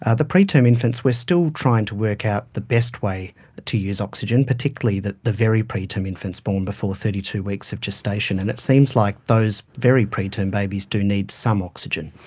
ah the preterm infants we are still trying to work out the best way to use oxygen, particularly the the very preterm infants born before thirty two weeks of gestation. and it seems like those very preterm babies do need some oxygen.